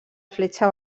fletxa